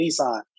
Nissan